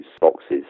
boxes